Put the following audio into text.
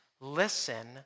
listen